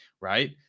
right